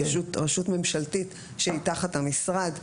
רשות ממשלתית שהיא תחת המשרד.